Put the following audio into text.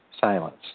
Silence